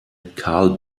karl